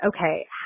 okay